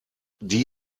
die